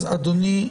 אז אדוני,